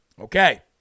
Okay